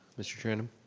mr. tranam.